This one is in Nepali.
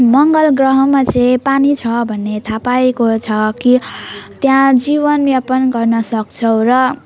मङ्गल ग्रहमा चाहिँ पानी छ भन्ने थाहा पाएको छ कि त्यहाँ जीवनयापन गर्नसक्छौँ र